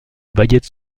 baguette